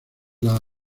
las